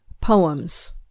poems